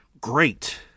great